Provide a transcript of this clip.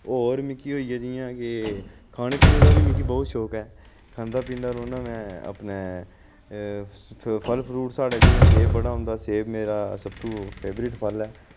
और मिकी होई गेआ जि'यां के खाने पीने दा बी मिकी बहुत शौक ऐ खंदा पींदा रौह्न्नां में अपने फल फ्रूट साढ़ै जि'यां सेब बड़ा होंदा सेब मेरा सबतों फेवरेट फल ऐ